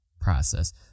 process